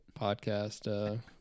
podcast